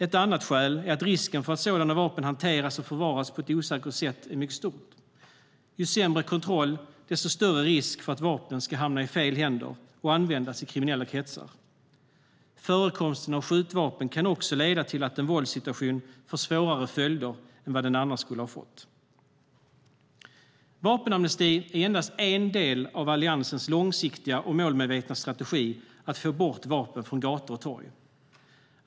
Ett annat är att risken för att sådana vapen hanteras och förvaras på ett osäkert sätt är mycket stor. Ju sämre kontroll desto större risk för att vapnen ska hamna i fel händer och användas i kriminella kretsar. Förekomsten av skjutvapen kan också leda till att en våldssituation får svårare följder än den annars skulle ha fått. Vapenamnesti är endast en del av Alliansens långsiktiga och målmedvetna strategi för att få bort vapen från gator och torg.